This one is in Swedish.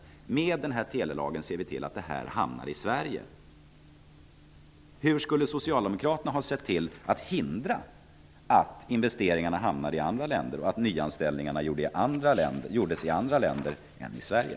Telelagen innebär att vi kan se till att investeringarna hamnar i Sverige. Hur skulle Socialdemokraterna ha hindrat att investeringarna hamnade i andra länder och att nyanställningarna gjordes i andra länder än Sverige?